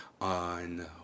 on